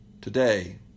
Today